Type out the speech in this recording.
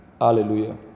Hallelujah